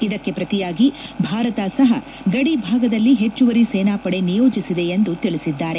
ಇದಕ್ಕೆ ಪ್ರತಿಯಾಗಿ ಭಾರತ ಸಹ ಗಡಿ ಭಾಗದಲ್ಲಿ ಹೆಚ್ಚುವರಿ ಸೇನಾಪಡೆ ನಿಯೋಜಿಸಿದೆ ಎಂದು ತಿಳಿಸಿದ್ದಾರೆ